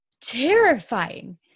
terrifying